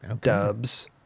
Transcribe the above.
Dubs